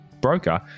broker